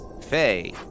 Faye